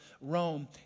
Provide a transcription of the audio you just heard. Rome